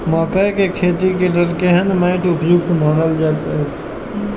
मकैय के खेती के लेल केहन मैट उपयुक्त मानल जाति अछि?